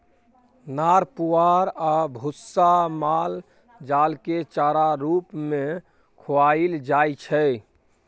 नार पुआर आ भुस्सा माल जालकेँ चारा रुप मे खुआएल जाइ छै